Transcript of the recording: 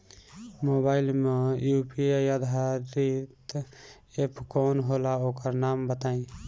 Mobile म UPI आधारित app कौन होला ओकर नाम बताईं?